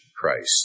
Christ